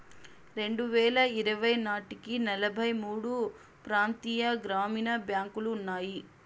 రెండువేల ఇరవై నాటికి నలభై మూడు ప్రాంతీయ గ్రామీణ బ్యాంకులు ఉన్నాయి